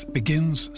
begins